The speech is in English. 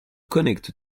connect